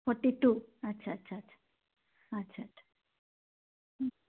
forty two আচ্ছা আচ্ছা আচ্ছা আচ্ছা আচ্ছা